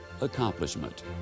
accomplishment